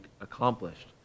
accomplished